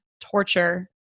torture